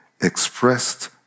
expressed